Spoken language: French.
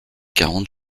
quarante